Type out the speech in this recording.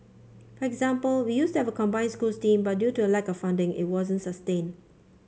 for example we used to have a combined schools team but due to a lack of funding it wasn't sustained